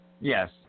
Yes